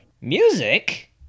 Music